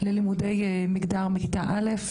ללימודי מגדר מכיתה א'